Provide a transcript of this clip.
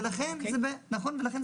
ולכן זה ביחד.